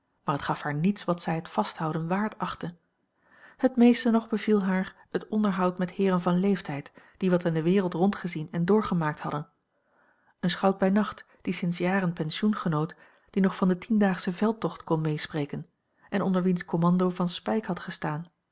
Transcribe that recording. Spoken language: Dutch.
maar het gaf haar niets wat zij het vasthouden waard achtte het meeste nog beviel haar het onderhoud met heeren van leeftijd die wat in de wereld rondgezien en doorgemaakt hadden een schout bij nacht die sinds jaren pensioen genoot die nog van den tiendaagschen veldtocht kon meespreken en onder wiens commando van speyk had gestaan